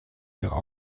ihrer